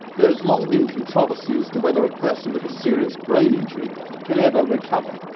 there has long been controversy as to whether a person with a serious brain injury can ever recover.